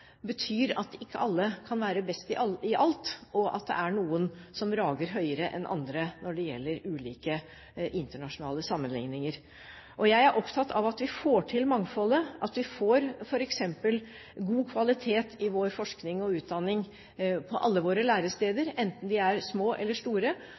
betyr at ikke alle kan være best i alt, og at det er noen som rager høyere enn andre når det gjelder ulike internasjonale sammenligninger. Jeg er opptatt av at vi får til mangfoldet, at vi får f.eks. god kvalitet i vår forskning og utdanning på alle våre